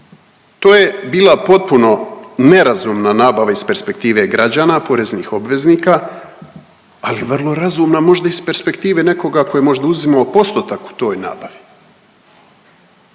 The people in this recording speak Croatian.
To je bila potpuno nerazumna nabava iz perspektive građana i poreznih obveznika, ali vrlo razumna možda iz perspektive nekoga ko je možda uzimao postotak u toj nabavi.